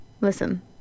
listen